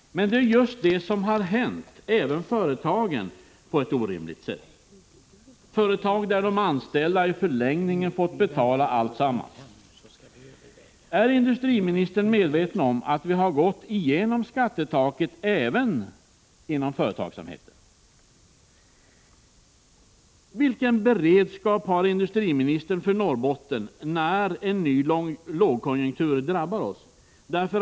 Men det är just det som har hänt och det har även drabbat företagen på ett orimligt sätt. I förlängningen har de anställda fått betala alltsammans. Är industriministern medveten om att vi har gått igenom skattetaket även inom företagsamheten? junktur drabbar oss? För en sådan kommer. Vilket ansvar tänker industrimi — Prot.